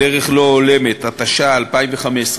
בדרך לא הולמת), התשע"ה 2015,